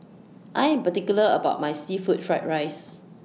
I Am particular about My Seafood Fried Rice